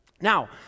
Now